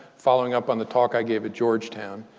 following up on the talk i gave at georgetown.